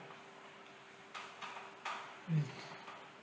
mm